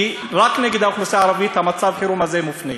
כי רק נגד האוכלוסייה הערבית מצב החירום הזה מופנה.